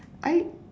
I